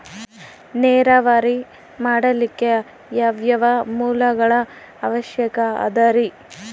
ನೇರಾವರಿ ಮಾಡಲಿಕ್ಕೆ ಯಾವ್ಯಾವ ಮೂಲಗಳ ಅವಶ್ಯಕ ಅದರಿ?